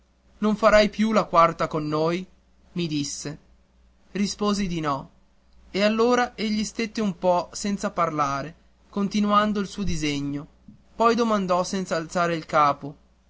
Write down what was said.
non farai più la quarta con noi mi disse risposi di no e allora egli stette un po senza parlare continuando il suo disegno poi domandò senz'alzare il capo